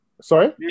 Sorry